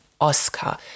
Oscar